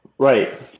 Right